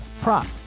prop